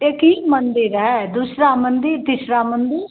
एक ही मंदिर है दूसरा मंदिर तीसरा मंदिर